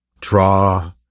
Draw